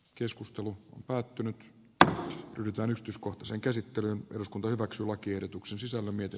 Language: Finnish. keskustelu on päättynyt tai pyytänyt uskoa sen käsittely uskontojen raksulakiehdotuksen sisällä mieto